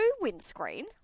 windscreen